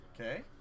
Okay